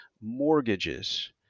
mortgages